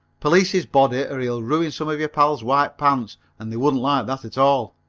police his body or he'll ruin some of your pals' white pants and they wouldn't like that at all.